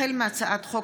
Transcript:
החל בהצעת חוק